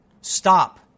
stop